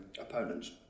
opponents